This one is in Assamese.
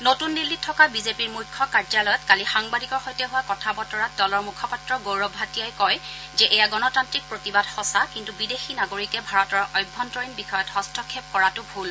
নতুন দিল্লীত থকা বিজেপিৰ মুখ্য কাৰ্যালয়ত কালি সাংবাদিকৰ সৈতে হোৱা কথা বতৰাত দলৰ মুখপত্ৰ গৌৰৱ ভাটিয়াই কয় যে এয়া গণতান্ত্ৰিক প্ৰতিবাদ সঁচা কিন্তু বিদেশী নাগৰিকে ভাৰতৰ অভ্যন্তৰীণ বিষয়ত হস্তক্ষেপ কৰাটো ভুল